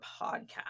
podcast